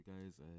guys